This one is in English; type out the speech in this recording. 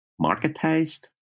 marketized